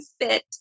fit